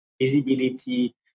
visibility